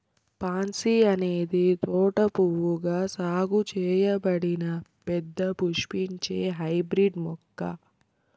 pansy అనేది తోట పువ్వుగా సాగు చేయబడిన పెద్ద పుష్పించే హైబ్రిడ్ మొక్క